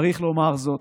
צריך לומר זאת,